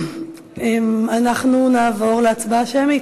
אנחנו נעבור להצבעה שמית.